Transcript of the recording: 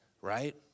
right